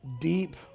deep